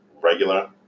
regular